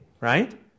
right